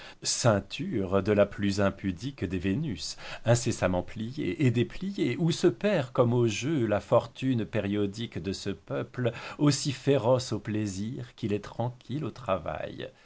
ceinture de la plus impudique des vénus incessamment pliée et dépliée où se perd comme au jeu la fortune périodique de ce peuple aussi féroce au plaisir qu'il est tranquille au travail